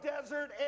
desert